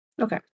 Okay